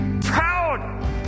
proud